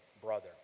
brother